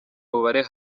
mubare